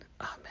Amen